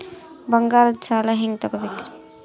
ಬಂಗಾರದ್ ಸಾಲ ಹೆಂಗ್ ತಗೊಬೇಕ್ರಿ?